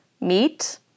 meat